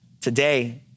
today